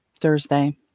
Thursday